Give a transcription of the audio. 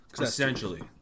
Essentially